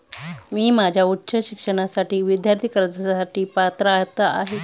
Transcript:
मी माझ्या उच्च शिक्षणासाठी विद्यार्थी कर्जासाठी पात्र आहे का?